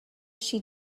she